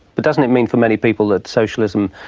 but doesn't it mean for many people that socialism,